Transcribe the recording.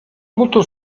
molto